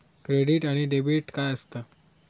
Credit आणि debit काय असता?